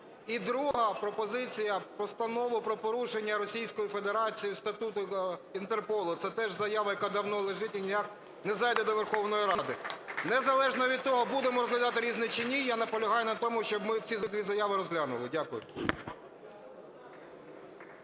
І друга пропозиція. Постанову про порушення Російською Федерацією статуту Інтерполу. Це теж заява, яка давно лежить і ніяк не зайде до Верховної Ради. Незалежно від того, буде ми розглядати "Різне" чи ні, я наполягаю на тому, щоб ми ці дві заяви розглянули. Дякую.